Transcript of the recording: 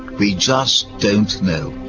we just don't know.